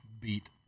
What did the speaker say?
beat